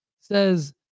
says